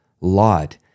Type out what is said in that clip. Lot